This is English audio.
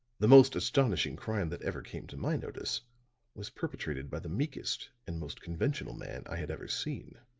the most astonishing crime that ever came to my notice was perpetrated by the meekest and most conventional man i had ever seen.